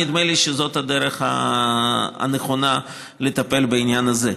נדמה לי שזאת הדרך הנכונה לטפל בעניין הזה.